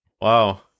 wow